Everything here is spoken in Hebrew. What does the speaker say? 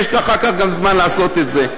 יש אחר כך גם זמן לעשות את זה.